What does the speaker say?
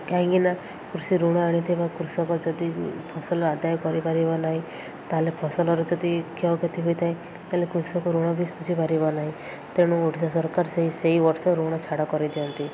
କାହିଁକିନା କୃଷି ଋଣ ଆଣିଥିବା କୃଷକ ଯଦି ଫସଲ ଆଦାୟ କରିପାରିବ ନାହିଁ ତା'ହେଲେ ଫସଲର ଯଦି କ୍ଷୟକ୍ଷତି ହୋଇଥାଏ ତା'ହେଲେ କୃଷକ ଋଣ ବି ଶୁଝିପାରିବ ନାହିଁ ତେଣୁ ଓଡ଼ିଶା ସରକାର ସେହି ସେହି ବର୍ଷ ଋଣ ଛାଡ଼ କରିଦିଅନ୍ତି